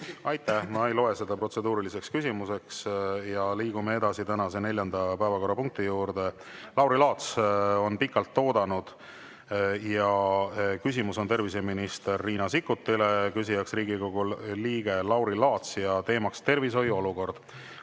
Aitäh! Ma ei loe seda protseduuriliseks küsimuseks. Liigume tänase neljanda päevakorrapunkti juurde, Lauri Laats on pikalt oodanud. Küsimus on terviseminister Riina Sikkutile, küsija on Riigikogu liige Lauri Laats ja teema on tervishoiu olukord.